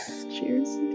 Cheers